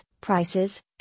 prices